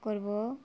করব